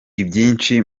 ibyinshi